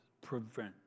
prevent